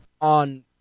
on